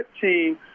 team